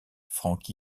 frank